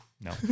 No